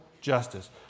justice